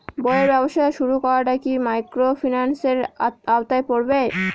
বইয়ের ব্যবসা শুরু করাটা কি মাইক্রোফিন্যান্সের আওতায় পড়বে?